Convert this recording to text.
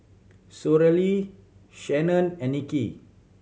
Shannon and Nikki